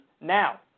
now